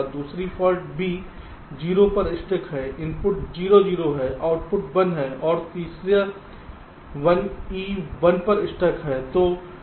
दूसरी fault B 0 पर stuck है इनपुट 0 0 है और आउटपुट 1 है और तीसरा 1 E 1 पर स्टक है